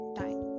time